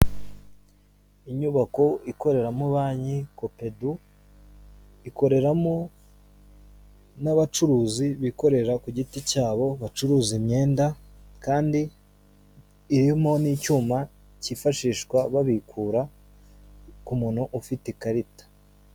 Inyubako ikoreramo banki, KOPEDU, ikoreramo n'abacuruzi bikorera ku giti cyabo bacuruza imyenda, kandi irimo n'icyuma cyifashishwa babikura ku muntu ufite ikarita.